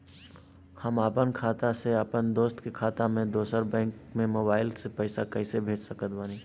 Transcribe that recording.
हम आपन खाता से अपना दोस्त के खाता मे दोसर बैंक मे मोबाइल से पैसा कैसे भेज सकत बानी?